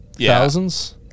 Thousands